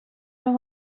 are